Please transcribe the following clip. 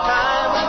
time